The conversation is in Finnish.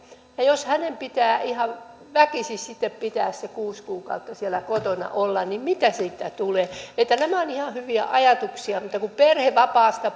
jos hänen pitää ihan väkisin sitten pitää se kuusi kuukautta siellä kotona olla niin mitä siitä tulee nämä ovat ihan hyviä ajatuksia mutta kun perhevapaasta